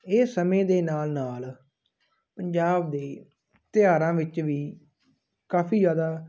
ਇਹ ਸਮੇਂ ਦੇ ਨਾਲ ਨਾਲ ਪੰਜਾਬ ਦੇ ਤਿਉਹਾਰਾਂ ਵਿੱਚ ਵੀ ਕਾਫੀ ਜ਼ਿਆਦਾ